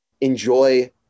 enjoy